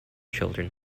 children